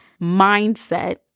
mindset